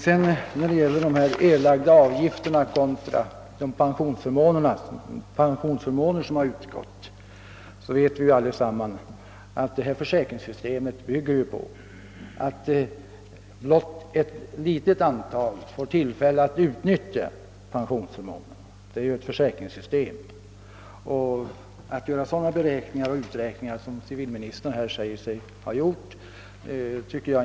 När det vidare gäller frågan om de erlagda avgifterna kontra de pensionsförmåner som utgått vet vi ju allesammans, att det aktuella försäkringssystemet bygger på att blott ett litet antal försäkringstagare får tillfälle att utnyttje pensionsförmånerna. Det är ju fråga om ett försäkringssystem, och jag tycker inte att det är motiverat att göra sådana beräkningar, som civilministern i detta fall säger sig ha gjort.